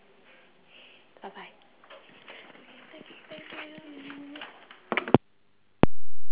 bye bye okay thank thank you can leave the card